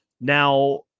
Now